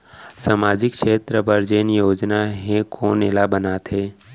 सामाजिक क्षेत्र बर जेन योजना हे कोन एला बनाथे?